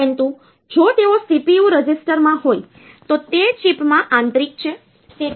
પરંતુ જો તેઓ CPU રજિસ્ટરમાં હોય તો તે ચિપમાં આંતરિક છે